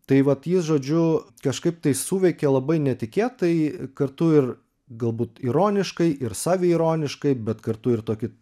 tai vat ji žodžiu kažkaip tai suveikė labai netikėtai kartu ir galbūt ironiškai ir saviironiškai bet kartu ir tokį